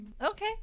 Okay